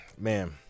man